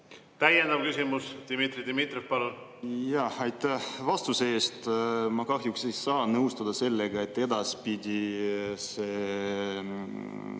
Täiendav küsimus. Dmitri Dmitrijev, palun! Aitäh vastuse eest! Ma kahjuks ei saa nõustuda sellega, et edaspidi see